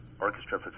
Orchestra